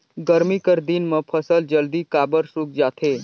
गरमी कर दिन म फसल जल्दी काबर सूख जाथे?